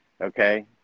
okay